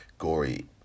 gory